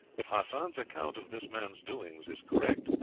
if hassan's account of this man's doings is correct,